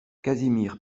casimir